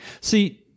See